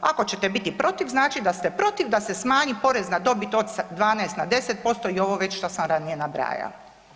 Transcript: Ako ćete biti protiv, znači da ste protiv da se smanji porez na dobit od 12 na 10% i ovo već što sam ranije nabrajala.